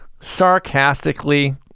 sarcastically